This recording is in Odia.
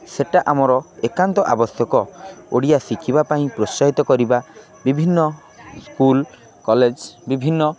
ସେଇଟା ଆମର ଏକାନ୍ତ ଆବଶ୍ୟକ ଓଡ଼ିଆ ଶିଖିବା ପାଇଁ ପ୍ରୋତ୍ସାହିତ କରିବା ବିଭିନ୍ନ ସ୍କୁଲ କଲେଜ ବିଭିନ୍ନ